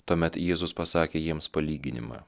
tuomet jėzus pasakė jiems palyginimą